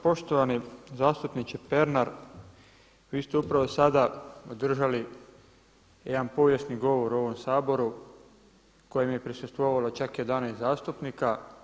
Poštovani zastupniče Pernar, vi ste upravo sada održali jedan povijesni govor u ovom Saboru kojem je prisustvovalo čak 11 zastupnika.